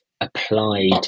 applied